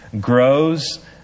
grows